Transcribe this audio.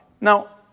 Now